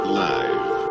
live